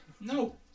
No